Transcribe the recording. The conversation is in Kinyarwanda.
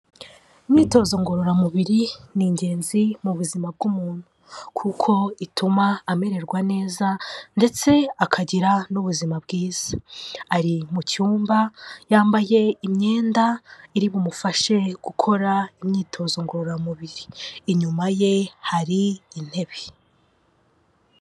Imyitozo ngororamubiri ni ingenzi mu buzima bw'umuntu, kuko ituma amererwa neza ndetse akagira n'ubuzima bwiza, ari mu cyumba yambaye imyenda iri bumufashe gukora imyitozo ngororamubiri, inyuma ye hari intebe.